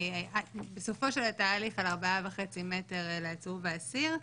בסופו של התהליך על ארבעה וחצי מטר לעצור ואסיר,